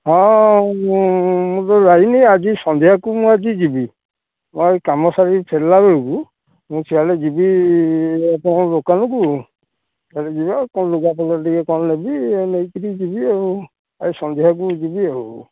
ହଁ ମୁଁ ମୁଁ ତ ଯାଇନି ଆଜି ସନ୍ଧ୍ୟାକୁ ମୁଁ ଆଜି ଯିବି ମୁଁ ଆଜି କାମ ସାରି ଫେରିଲାବେଳକୁ ମୁଁ ସିଆଡ଼େ ଯିବି ତୁମ ଦୋକାନକୁ ସିଆଡ଼େ ଯିବା କ'ଣ ଲୁଗାପତ୍ରର କ'ଣ ଟିକେ ନେବି ଆଉ ନେଇକିରି ଯିବି ଆଉ ଆଉ ସନ୍ଧ୍ୟାକୁ ଯିବି ଆଉ